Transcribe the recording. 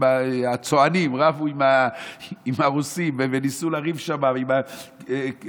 כשהצוענים רבו עם הרוסים וניסו לריב שם עם הקיסר,